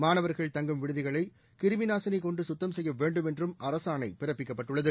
மாணவர்கள் தங்கும் விடுதிகளை கிருமிநாசினி கொண்டு குத்தம் செய்ய வேண்டும் என்றும் அரசாணை பிறப்பிக்கப்பட்டுள்ளது